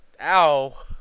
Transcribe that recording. ow